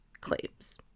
claims